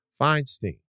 Feinstein